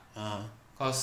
ah